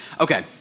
Okay